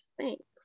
Thanks